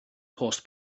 post